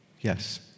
yes